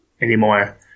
anymore